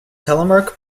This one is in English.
telemark